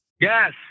Yes